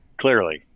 clearly